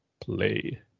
play